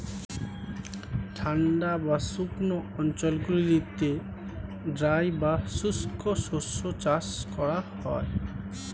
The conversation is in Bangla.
ঠান্ডা বা শুকনো অঞ্চলগুলিতে ড্রাই বা শুষ্ক শস্য চাষ করা হয়